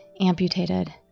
amputated